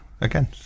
again